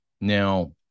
Now